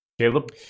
Caleb